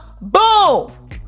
Boom